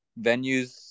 venues